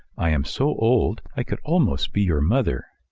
i am so old, i could almost be your mother!